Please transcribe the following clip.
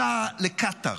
סע לקטר,